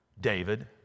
David